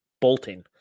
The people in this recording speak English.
bolting